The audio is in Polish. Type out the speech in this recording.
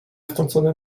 wtrącony